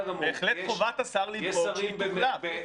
גמור ---- בהחלט חובת השר לדאוג שהיא תוחלף.